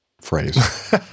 phrase